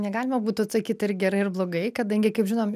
negalima būtų atsakyt ar gerai ar blogai kadangi kaip žinom